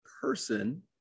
person